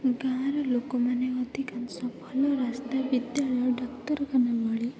ଗାଁର ଲୋକମାନେ ଅଧିକାଂଶ ଭଲ ରାସ୍ତା ବିଦ୍ୟାଳୟ ଡ଼ାକ୍ତଖାନା ଭଳି